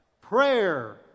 prayer